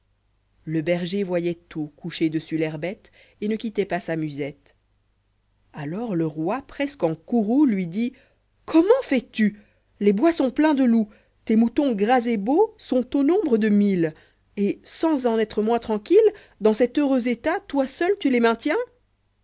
jle berger yoyoit tout couché dessus l'herbette et ne quittait pas sa musette alors le roi presque ers courroux lui dit comment fais-tu les bois sont pleins de loups tes moutons gras et beaux sont au nombre de mille et sans en être moins tranquille dans cet heureux état toi seul tu les maintiens